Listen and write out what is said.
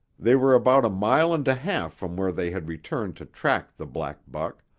they were about a mile and a half from where they had returned to track the black buck.